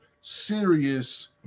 serious